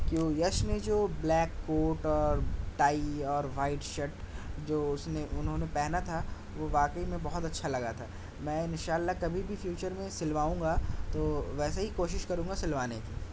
کیوں یش نے جو بلیک کوٹ اور ٹائی اور وائٹ شرٹ جو اس نے انہوں نے پہنا تھا وہ واقعی میں بہت اچھا لگا تھا میں ان شاء اللہ کبھی بھی فیوچر میں سلواؤں گا تو ویسا ہی کوشش کروں گا سلوانے کی